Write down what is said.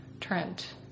Trent